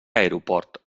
aeroport